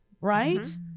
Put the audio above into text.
Right